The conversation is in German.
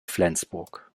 flensburg